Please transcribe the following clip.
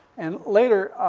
and later, ah,